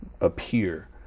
appear